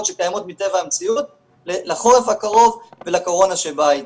שקיימות מטבע המציאות לחורף הקרוב ולקורונה שבאה איתו.